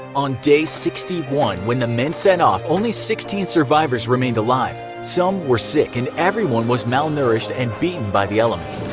on day sixty one when the men set off, only sixteen survivors remained alive. some were sick, and everyone was malnourished and beaten by the elements.